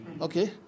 Okay